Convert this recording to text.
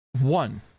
One